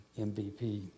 MVP